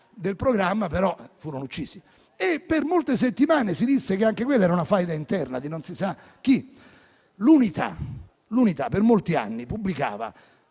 del programma, però furono uccisi. Per molte settimane si disse che anche quella era una faida interna di non si sa chi. «L'Unità» per molti anni pubblicava